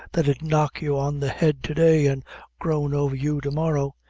that ud knock you on the head to-day, and groan over you to-morrow.